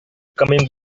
coming